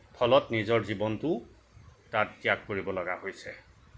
ফলত নিজৰ জীৱনটো তাত ত্যাগ কৰিবলগা হৈছে